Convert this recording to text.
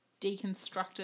deconstructed